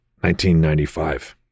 1995